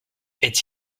est